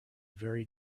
very